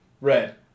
Red